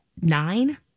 nine